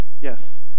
Yes